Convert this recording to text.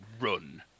run